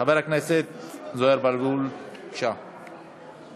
חבר הכנסת זוהיר בהלול, בבקשה.